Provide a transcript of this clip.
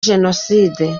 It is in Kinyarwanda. jenoside